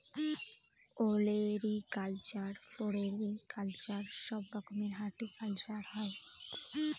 olericulture, floriculture সব রকমের horticulture হয়